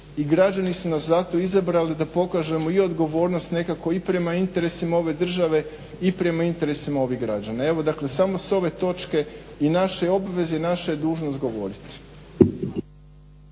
građani su nas zato izabrali da pokažemo i odgovornost nekako i prema interesima ove države i prema interesima ovih građana. Evo dakle samo s ove točke i naše obveze i naša je dužnost govoriti.